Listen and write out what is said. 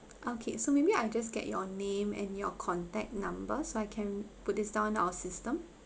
okay so maybe I'll just get your name and your contact number so I can put this down in our system